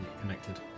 connected